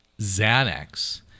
Xanax